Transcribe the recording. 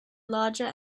larger